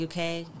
UK